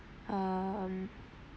um